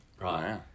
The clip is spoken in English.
Right